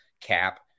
cap